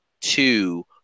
two